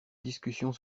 discussion